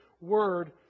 word